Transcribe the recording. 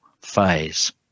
phase